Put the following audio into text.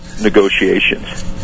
negotiations